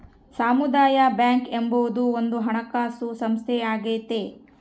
ಸಮುದಾಯ ಬ್ಯಾಂಕ್ ಎಂಬುದು ಒಂದು ಹಣಕಾಸು ಸಂಸ್ಥೆಯಾಗೈತೆ